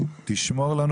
תשמור לנו,